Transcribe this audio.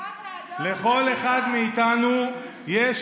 הפנקס האדום עם הכיפה.